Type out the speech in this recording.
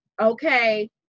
okay